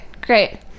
great